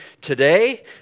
today